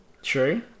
True